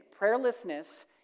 Prayerlessness